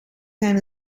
zijn